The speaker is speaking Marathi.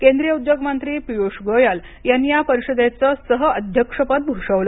केंद्रीय उद्योगमंत्री पियुष गोयल यांनी या परीषदेचं सहअध्यक्षपद भूषवलं